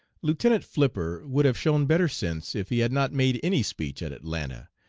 lieutenant flipper would have shown better sense if he had not made any speech at atlanta.